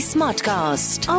Smartcast